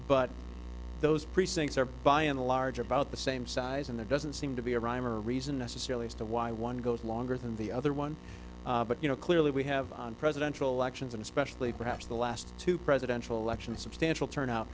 but those precincts are by and large about the same size in the doesn't seem to be a rhyme or reason necessarily as to why one goes longer than the other one but you know clearly we have on presidential elections and especially perhaps the last two presidential elections substantial turnout